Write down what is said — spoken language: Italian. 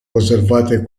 conservate